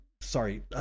sorry